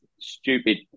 Stupid